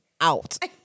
out